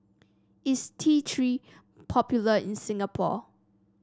is T Three popular in Singapore